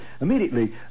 immediately